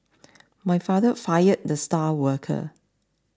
my father fired the star worker